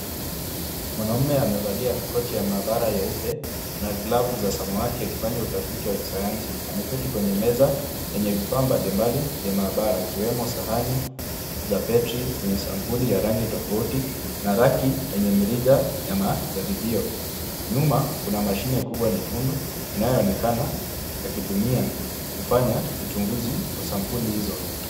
Mwanaume amevalia koti ya maabara nyeupe na glavu za samawati akifanya utafiti wa kisayansi. Ameketi kwenye meza yenye vifaa mbalimbali vya maabara ikiwemo sahani ya petri zenye sampuli ya rangi tofauti na reki yenye mirija ya majaribio. Nyuma kuna mashine kubwa nyekundu inayoonekana akitumia kufanya uchunguzi wa sampuli hizo.